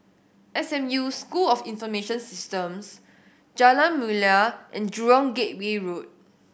S M U School of Information Systems Jalan Mulia and Jurong Gateway Road